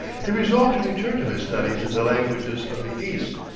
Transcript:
he resolved to return to his studies in the languages of the east.